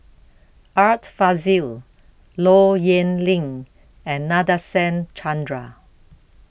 Art Fazil Low Yen Ling and Nadasen Chandra